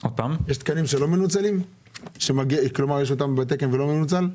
כלומר, יש אותם בתקן והם לא מנוצלים?